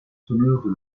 sonores